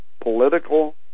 political